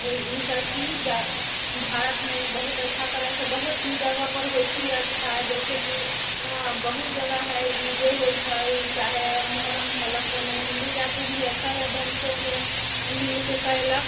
ई सब चीज भारतमे बहुत अच्छा तरहसँ बहुत जगह पर होइत छियै अच्छा जैसे कि बहुत जगह हइ ईदे होइत छै चाहे मुहर्रम होलक तऽ ओहिमे हिन्दू जाति भी अच्छा ढङ्ग से ओहिमे मिलके कयलक